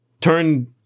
turn